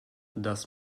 das